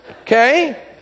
okay